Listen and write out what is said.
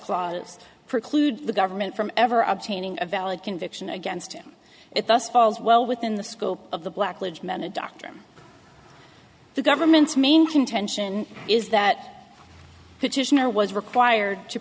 clause preclude the government from ever obtaining a valid conviction against him it thus falls well within the scope of the blackledge man a doctor the government's main contention is that petitioner was required to